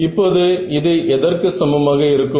இப்போது இது எதற்கு சமமாக இருக்கும்